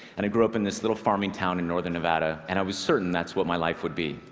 and i grew up in this little farming town in northern nevada. and i was certain that's what my life would be.